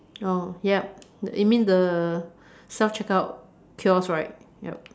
oh yup you mean the self checkout kiosk right yup